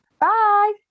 Bye